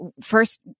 first